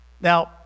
Now